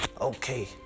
Okay